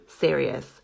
serious